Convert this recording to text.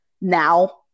now